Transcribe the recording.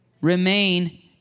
remain